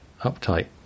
Uptight